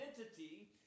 identity